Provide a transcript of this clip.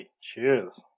cheers